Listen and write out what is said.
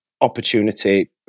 opportunity